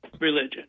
religion